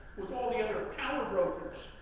with all the other power brokers,